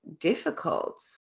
difficult